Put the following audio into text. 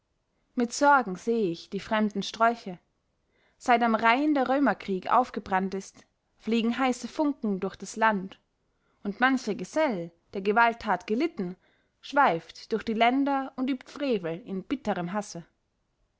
mit sorgen seh ich die fremden strolche seit am rhein der römerkrieg aufgebrannt ist fliegen heiße funken durch das land und mancher gesell der gewalttat gelitten schweift durch die länder und übt frevel in bitterem hasse